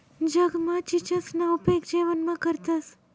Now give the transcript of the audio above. जगमा चीचसना उपेग जेवणमा करतंस